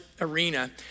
arena